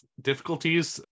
difficulties